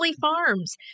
Farms